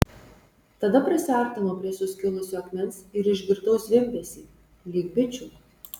tada prisiartinau prie suskilusio akmens ir išgirdau zvimbesį lyg bičių